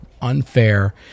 unfair